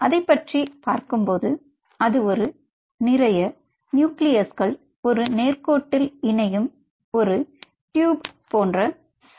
அதை பற்றி பார்க்கும் போது அது ஒரு நிறைய நியூக்ளியஸ்கள் ஒரு நேர் கோட்டில் இனையும் ஒரு டியூப் போன்ற செல் ஆகும்